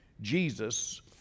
jesus